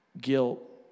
guilt